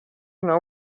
know